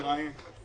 צריך